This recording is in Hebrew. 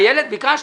איילת, ביקשתי.